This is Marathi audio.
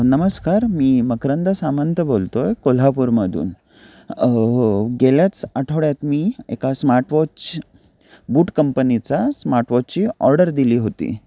नमस्कार मी मकरंद सामंत बोलतो आहे कोल्हापूरमधून हो हो गेल्याच आठवड्यात मी एका स्मार्टवॉच बूट कंपनीचा स्मार्टवॉचची ऑर्डर दिली होती